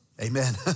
Amen